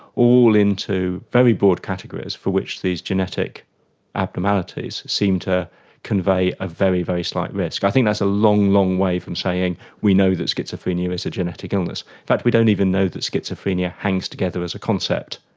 all into very broad categories for which these genetic abnormalities seem to convey a very, very slight risk. i think that's a long, long way from saying we know that schizophrenia is a genetic illness. in fact we don't even know that schizophrenia hangs together as a concept,